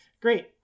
great